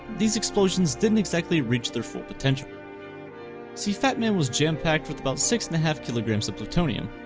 these explosions didn't exactly reach their full potential see fat man was jam-packed with about six and a half kilograms of plutonium,